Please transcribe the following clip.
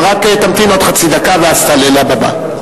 רק תמתין עוד חצי דקה ואז תעלה לבמה.